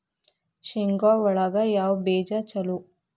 ಶೇಂಗಾ ಒಳಗ ಯಾವ ಬೇಜ ಛಲೋ?